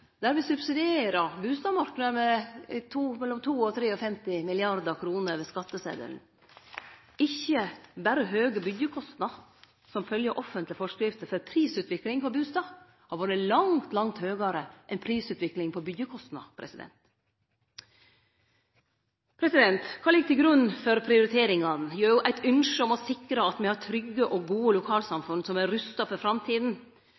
med mellom 52 og 53 mrd. kr over skattesetelen. Det er ikkje høge byggjekostnader berre som følgje av offentlege forskrifter, for prisutviklinga på bustader har vore langt, langt høgare enn prisutviklinga på byggjekostnader. Kva ligg til grunn for prioriteringane? Jau, eit ynske om å sikre at me har trygge og gode lokalsamfunn som er rusta for framtida,